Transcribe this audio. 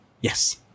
Yes